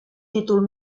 títol